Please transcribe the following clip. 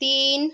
तीन